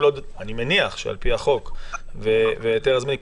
כל עוד אני מניח שעל פי החוק וההיתר הזמני,